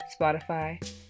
Spotify